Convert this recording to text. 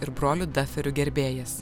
ir brolių daferių gerbėjas